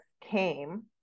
came